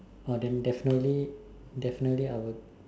oh then definitely I would